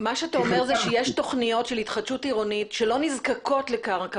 אתה אומר לי שיש תכניות של התחדשות עירונית שלא נזקקות לקרקע